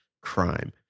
crime